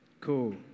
Cool